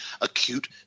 acute